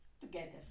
together